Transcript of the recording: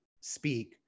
speak